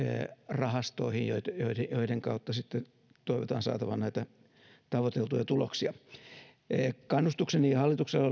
rahastoihin joiden kautta sitten toivotaan saatavan näitä tavoiteltuja tuloksia kannustukseni hallitukselle